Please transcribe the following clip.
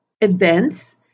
events